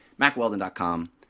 MacWeldon.com